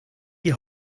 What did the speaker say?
die